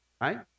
right